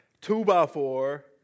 two-by-four